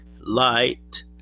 light